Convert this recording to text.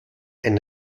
ein